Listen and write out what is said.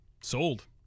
sold